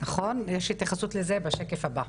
יש לזה התייחסות בשקף הבא.